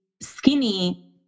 skinny